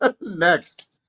Next